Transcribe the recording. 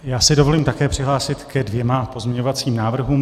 Já si dovolím taky přihlásit se ke dvěma pozměňovacím návrhům.